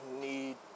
need